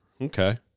Okay